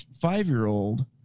five-year-old